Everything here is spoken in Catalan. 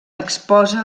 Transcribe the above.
exposa